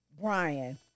Brian